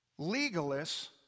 legalists